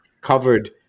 covered